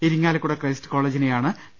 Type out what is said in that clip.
Irinjalakuda Christ കോളജിനെയാണ് T